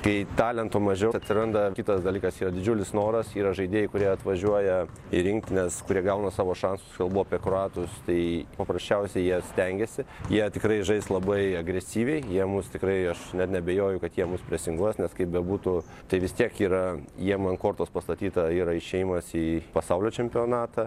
kai talentų mažiau atsiranda kitas dalykas yra didžiulis noras yra žaidėjų kurie atvažiuoja į rinktines kurie gauna savo šansus kalbu apie kroatus tai paprasčiausiai jie stengiasi jie tikrai žais labai agresyviai jie mus tikrai aš net neabejoju kad jie mus prisinguos nes kaip bebūtų tai vis tiek yra jiem ant kortos pastatyta yra išėjimas į pasaulio čempionatą